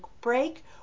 break